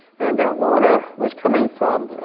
and that water was coming from,